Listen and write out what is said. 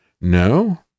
No